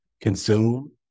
consume